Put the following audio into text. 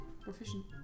Proficient